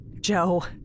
Joe